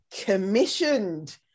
commissioned